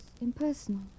impersonal